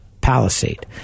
Palisade